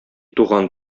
туган